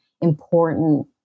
important